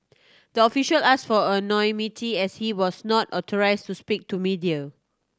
the official asked for anonymity as he was not authorised to speak to media